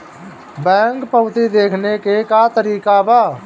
Bank पवती देखने के का तरीका बा?